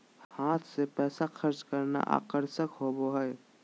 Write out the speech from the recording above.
हाथ से पैसा खर्च करना आकर्षक होबो हइ